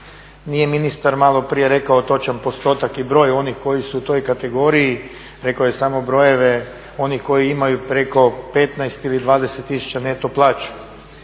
Nije ministar maloprije rekao točan postotak i broj onih koji su u toj kategoriji, rekao je samo brojeve onih koji imaju preko 15 ili 20 tisuća neto plaću.